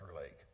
lake